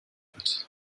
wird